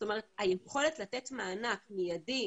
היכולת לתת מענק מיידי,